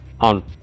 on